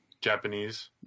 Japanese